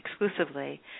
exclusively